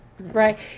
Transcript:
Right